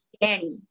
Danny